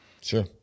Sure